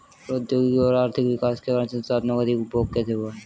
प्रौद्योगिक और आर्थिक विकास के कारण संसाधानों का अधिक उपभोग कैसे हुआ है?